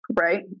right